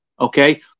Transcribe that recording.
okay